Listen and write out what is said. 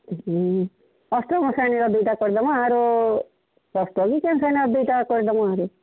ହୁଁ ଅଷ୍ଟମ ଶ୍ରେଣୀର ଦୁଇଟା କରିଦେମା ଆରୁ ଷଷ୍ଠ ବି ଦୁଇଟା କରିଦେମା ଆରୁ